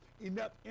enough